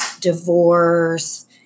divorce